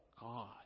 God